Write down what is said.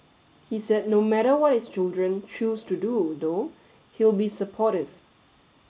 he said no matter what his children choose to do though he'll be supportive